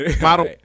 model